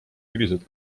millised